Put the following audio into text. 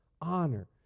honor